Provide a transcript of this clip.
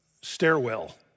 stairwell